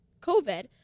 COVID